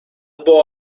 boğa